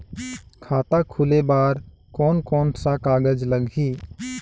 खाता खुले बार कोन कोन सा कागज़ लगही?